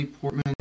Portman